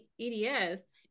EDS